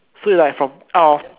so it's like from out of